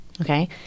Okay